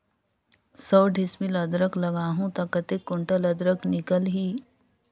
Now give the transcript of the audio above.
सौ डिसमिल अदरक लगाहूं ता कतेक कुंटल अदरक निकल ही?